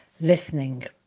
listening